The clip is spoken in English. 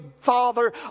Father